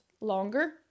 longer